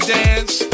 dance